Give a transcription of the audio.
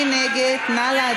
מי נגד?